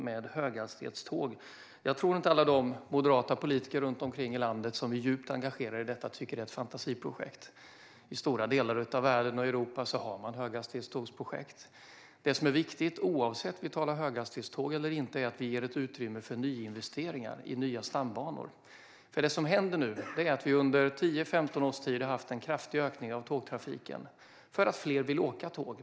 Jag tror inte att alla de moderata politiker runt om i landet som är djupt engagerade i detta tycker att det är fantasiprojekt. I stora delar av världen och Europa har man höghastighetstågsprojekt. Det som är viktigt, oavsett om vi talar om höghastighetståg eller inte, är att vi ger ett utrymme för nyinvesteringar i nya stambanor. Det som har hänt är att vi under 10-15 års tid har haft en kraftig ökning av tågtrafiken för att fler vill åka tåg.